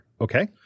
Okay